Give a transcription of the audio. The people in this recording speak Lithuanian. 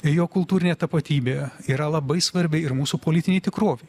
jo kultūrinė tapatybė yra labai svarbi ir mūsų politinei tikrovei